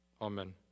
Amen